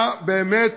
מה באמת